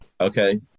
okay